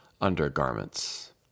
undergarments